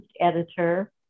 editor